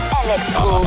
electro